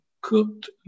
cooked